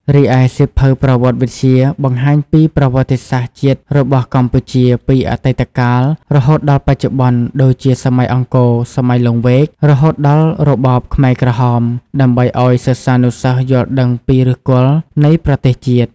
រីឯសៀវភៅប្រវត្តិវិទ្យា បង្ហាញពីប្រវត្តិសាស្ត្រជាតិរបស់កម្ពុជាពីអតីតកាលរហូតដល់បច្ចុប្បន្ន ដូចជាសម័យអង្គរ សម័យលង្វែក រហូតដល់របបខ្មែរក្រហម ដើម្បីឱ្យសិស្សានុសិស្សយល់ដឹងពីឫសគល់នៃប្រទេសជាតិ។